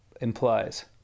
implies